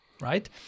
right